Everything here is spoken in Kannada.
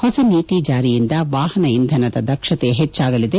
ಹೊಸ ನೀತಿ ಜಾರಿಯಿಂದ ವಾಹನ ಇಂಧನದ ದಕ್ಷತೆ ಹೆಚ್ಚಾಗಲಿದೆ